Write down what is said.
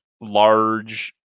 large